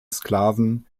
sklaven